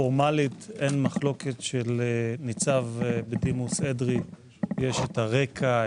פורמלית אין מחלוקת שלניצב בדימוס אדרי יש הרקע,